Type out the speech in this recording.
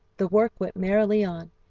the work went merrily on,